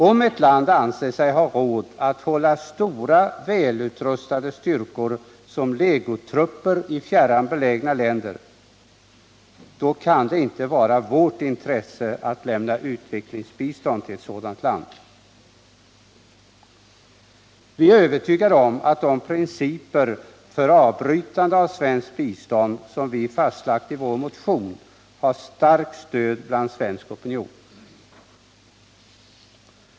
Om ett land anser sig ha råd att hålla stora välutrustade styrkor som legotrupper i fjärran belägna länder, kan det inte ligga i vårt intresse att lämna utvecklingsbistånd till ett sådant land. Vi är övertygade om att de principer för avbrytande av svenskt bistånd som vi fastlagt i vår motion har ett starkt stöd i svensk opinion.